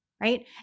right